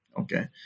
Okay